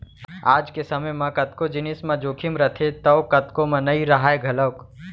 आज के समे म कतको जिनिस म जोखिम रथे तौ कतको म नइ राहय घलौक